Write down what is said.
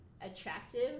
attractive